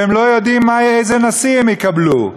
והם לא יודעים איזה נשיא הם יקבלו,